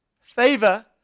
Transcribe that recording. favor